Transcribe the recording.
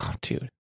Dude